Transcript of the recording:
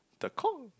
Tekong